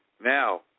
Now